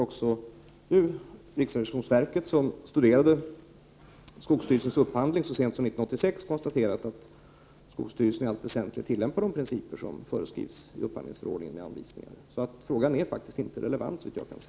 Riksrevisionsverket, som studerat skogsstyrelsens upphandling så sent som 1986, har också konstaterat att skogsstyrelsen i allt väsentligt tillämpar de principer som föreskrivs i upphandlingsförordningen och anvisningarna. Frågan är faktiskt inte relevant, såvitt jag kan se.